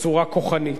בצורה כוחנית.